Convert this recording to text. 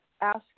ask